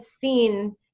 seen